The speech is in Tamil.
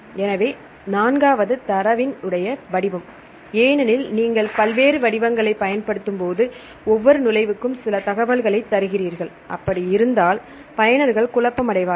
எனவே நான்காவது தரவின் உடைய வடிவம் ஏனெனில் நீங்கள் பல்வேறு வடிவங்களைப் பயன்படுத்தும் போது ஒவ்வொரு நுழைவுக்கும் சில தகவல்களைத் தருகிறீர்கள் அப்படி இருந்தால் பயனர்கள் குழப்பமடைவார்கள்